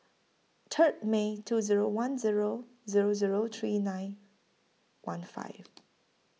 Third May two Zero one Zero Zero Zero three nine one five